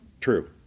True